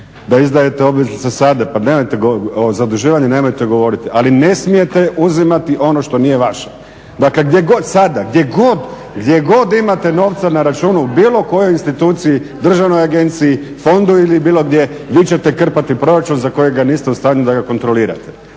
da izdajete obveznice sada, pa nemojte o zaduživanju govoriti. Ali ne smijete uzimati ono što nije vaše. Dakle, gdje god sada, gdje god imate novaca na računu bilo kojoj instituciji, državnoj agenciji, fondu ili bilo gdje vi ćete krpati proračun za kojega niste u stanju da ga kontrolirate.